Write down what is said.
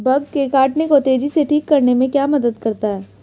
Bug के काटने को तेजी से ठीक करने में क्या मदद करता है?